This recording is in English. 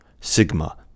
sigma